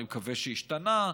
אני מקווה שהשתנה.